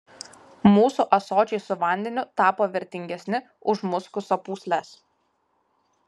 mūsų ąsočiai su vandeniu tapo vertingesni už muskuso pūsles